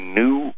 new